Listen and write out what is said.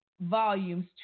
volumes